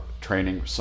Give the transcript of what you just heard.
training